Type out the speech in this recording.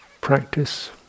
practice